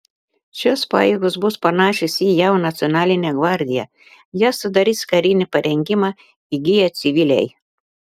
šios pajėgos bus panašios į jav nacionalinę gvardiją jas sudarys karinį parengimą įgiję civiliai